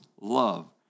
love